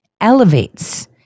elevates